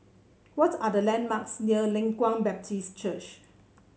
what are the landmarks near Leng Kwang Baptist Church